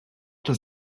does